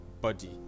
body